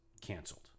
canceled